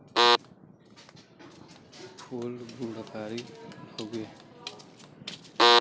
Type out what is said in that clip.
फूल गुणकारी हउवे